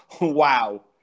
wow